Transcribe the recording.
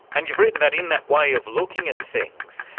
and you've written that in that way of looking at things,